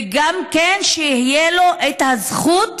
וגם שתהיה לו הזכות